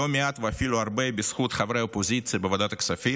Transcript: לא מעט ואפילו הרבה בזכות חברי האופוזיציה בוועדת הכספים,